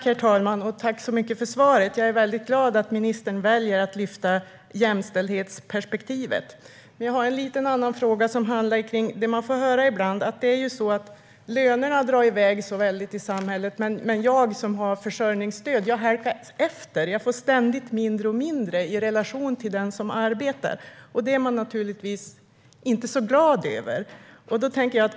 Herr talman! Jag vill tacka för svaret. Jag är glad att ministern väljer att lyfta fram jämställdhetsperspektivet. Jag har en annan, liten, fråga. Ibland sägs det att lönerna drar iväg väldigt i samhället, men den som har försörjningsstöd halkar efter och får allt mindre i relation till den som arbetar. Det är man naturligtvis inte särskilt glad över.